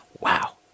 Wow